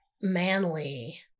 manly